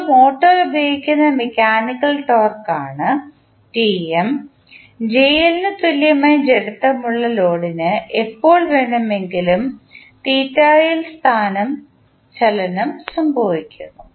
ഇപ്പോൾ മോട്ടോർ പ്രയോഗിക്കുന്ന മെക്കാനിക്കൽ ടോർക്കാണ് ന് തുല്യമായ ജഡത്വം ഉള്ള ലോഡിന് എപ്പോൾ വേണമെങ്കിലും സ്ഥാനചലനം സംഭവിക്കുന്നു